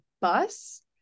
bus